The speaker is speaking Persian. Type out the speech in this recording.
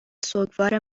سوگوار